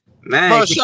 Man